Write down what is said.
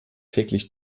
täglich